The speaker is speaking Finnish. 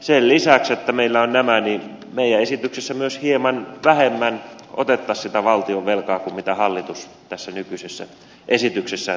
sen lisäksi että meillä on nämä meidän esityksessämme myös hieman vähemmän otettaisiin sitä valtionvelkaa kuin mitä hallitus tässä nykyisessä esityksessään tekee